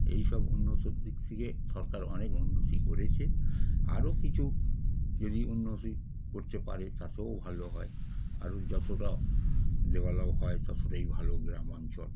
এই সব উন্নতির দিক থেকে সরকার অনেক উন্নতি করেছে আরও কিছু যদি উন্নতি করতে পারে তাতেও ভালো হয় আরও যতটা ডেভেলপ হয় ততটাই ভালো গ্রাম অঞ্চল